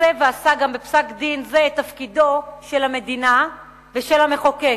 עושה ועשה גם בפסק-דין זה את תפקידם של המדינה ושל המחוקק.